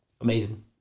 Amazing